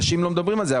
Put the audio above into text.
אנשים לא מדברים על זה,